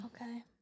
Okay